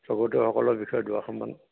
স্বৰ্গদেউসকলৰ বিষয়ে দুআষাৰমান